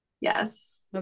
yes